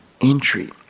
entry